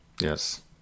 Yes